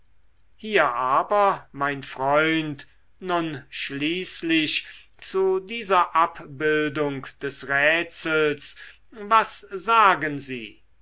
hier aber mein freund nun schließlich zu dieser abbildung des rätsels was sagen sie